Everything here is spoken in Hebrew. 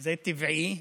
זה טבעי.